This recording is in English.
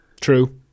True